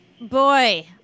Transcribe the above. Boy